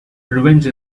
revenge